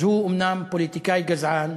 אז הוא אומנם פוליטיקאי גזען